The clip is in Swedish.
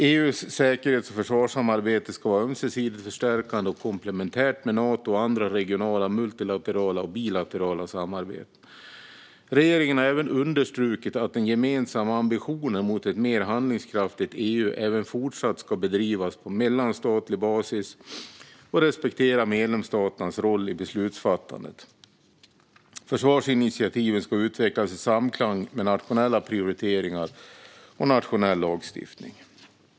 EU:s säkerhets och försvarssamarbete ska vara ömsesidigt förstärkande och komplementärt med Nato och andra regionala, multilaterala och bilaterala samarbeten. Regeringen har också understrukit att den gemensamma ambitionen mot ett mer handlingskraftigt EU även fortsatt ska bedrivas på mellanstatlig basis och respektera medlemsstaternas roll i beslutsfattandet. Försvarsinitiativen ska utvecklas i samklang med nationella prioriteringar och nationell lagstiftning.